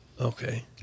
Okay